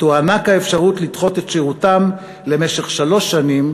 תוענק האפשרות לדחות את שירותם למשך שלוש שנים,